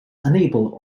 unable